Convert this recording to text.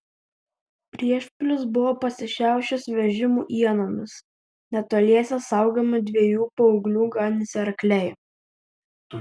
priešpilis buvo pasišiaušęs vežimų ienomis netoliese saugomi dviejų paauglių ganėsi arkliai